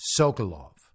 Sokolov